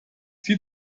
sie